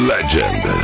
Legend